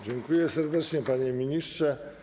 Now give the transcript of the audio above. Dziękuję serdecznie, panie ministrze.